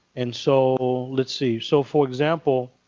and so let's see. so for example,